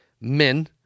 men